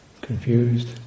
confused